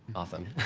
often.